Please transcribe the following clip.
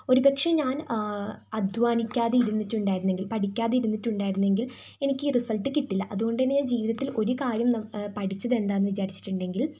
ഒരുപക്ഷേ ഞാൻ അധ്വാനിക്കാതെ ഇരുന്നിട്ടുണ്ടായിരുന്നെങ്കിൽ പഠിക്കാതെ ഇരുന്നിട്ടുണ്ടായിരുന്നെങ്കിൽ എനിക്ക് ഈ റിസൾട്ട് കിട്ടില്ല അതുകൊണ്ട്തന്നെ ജീവിതത്തിൽ ഒരുകാര്യം പഠിച്ചതെന്താന്നു വിചാരിച്ചിട്ടുണ്ടെങ്കിൽ